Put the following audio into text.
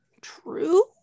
true